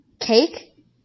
Cake